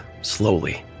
slowly